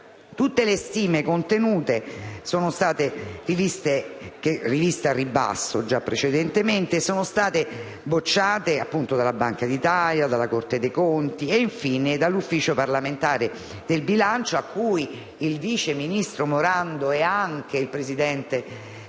Tutte le stime contenute, riviste al ribasso già precedentemente, sono state bocciate dalla Banca d'Italia, dalla Corte dei conti e infine dall'Ufficio parlamentare del bilancio, che il vice ministro Morando e anche il presidente della